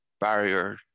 barrier